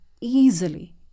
easily